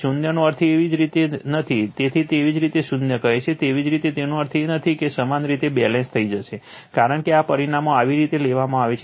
શૂન્યનો અર્થ એવી જ રીતે નથી જેને તેવી જ રીતે શૂન્ય કહે છે તેવી જ રીતે તેનો અર્થ એ નથી કે તે સમાન રીતે બેલેન્સ થઈ જશે કારણ કે આ પરિમાણો આવી રીતે લેવામાં આવે છે